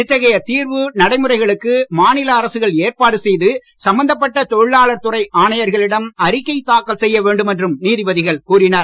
இத்தகைய தீர்வு நடைமுறைகளுக்கு மாநில அரசுகள் ஏற்பாடு செய்து சம்பந்தப்பட்ட தொழிலாளர் துறை ஆணையர்களிடம் அறிக்கை தாக்கல் செய்ய வேண்டும் என்றும் நீதிபதிகள் கூறினர்